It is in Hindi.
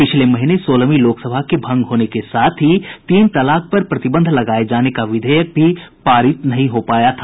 पिछले महीने सोलहवीं लोकसभा के भंग होने के साथ ही तीन तलाक पर प्रतिबंध लगाये जाने का विधेयक भी पारित नहीं हो पाया था